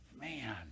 Man